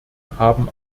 haben